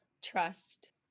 Trust